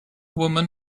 woman